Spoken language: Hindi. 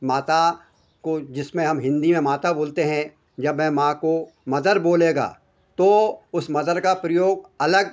माता को जिसमें हम हिन्दी में माता बोलते हैं जब वे माँ को मदर बोलेगा तो उस मदर का प्रयोग अलग